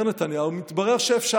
אומר נתניהו: מתברר שאפשר.